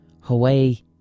hawaii